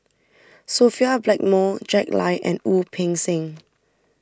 Sophia Blackmore Jack Lai and Wu Peng Seng